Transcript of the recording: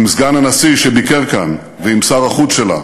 עם סגן הנשיא שביקר כאן ועם שר החוץ שלה,